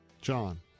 john